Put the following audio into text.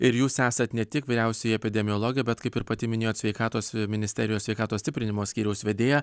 ir jūs esat ne tik vyriausioji epidemiologė bet kaip ir pati minėjot sveikatos ministerijos sveikatos stiprinimo skyriaus vedėja